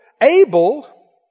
Abel